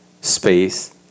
space